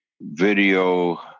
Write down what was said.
video